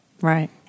Right